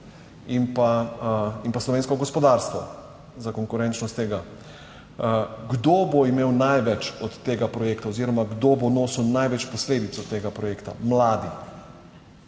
in pa slovensko gospodarstvo za konkurenčnost tega. Kdo bo imel največ od tega projekta oziroma kdo bo nosil največ posledic od tega projekta? Mladi.